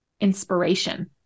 inspiration